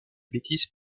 bêtises